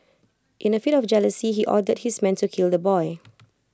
in A fit of jealousy he ordered his men to kill the boy